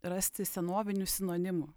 rasti senovinių sinonimų